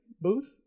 booth